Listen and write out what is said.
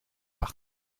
par